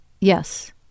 Yes